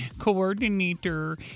coordinator